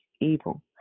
evil